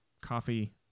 coffee